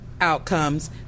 outcomes